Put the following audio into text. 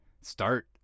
start